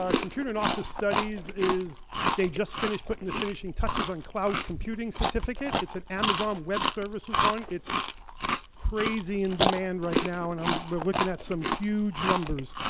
um computer and office studies, they just finished putting the finishing touches on cloud computing certificate. it's an amazon web service is one, it's crazy in demand right now. and um we're looking at some huge numbers.